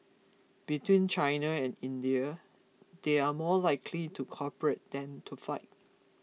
between China and India they are more likely to cooperate than to fight